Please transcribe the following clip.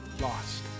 lost